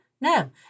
No